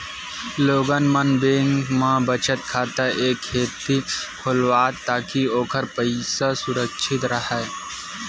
लोगन मन बेंक म बचत खाता ए सेती खोलवाथे ताकि ओखर पइसा सुरक्छित राहय